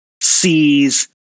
sees